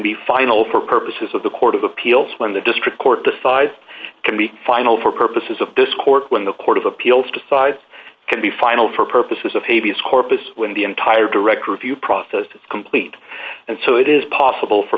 be final for purposes of the court of appeals when the district court decides can be final for purposes of this court when the court of appeals decides can be final for purposes of hades corpus when the entire direct review process is complete and so it is possible for